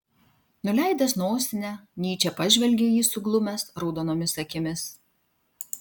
nuleidęs nosinę nyčė pažvelgė į jį suglumęs raudonomis akimis